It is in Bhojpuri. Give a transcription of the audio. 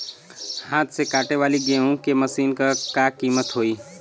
हाथ से कांटेवाली गेहूँ के मशीन क का कीमत होई?